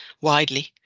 widely